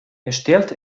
erstellt